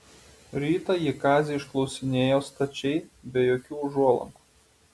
rytą ji kazį išklausinėjo stačiai be jokių užuolankų